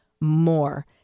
more